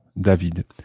David